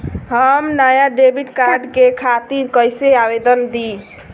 हम नया debit card के खातिर कइसे आवेदन दीं?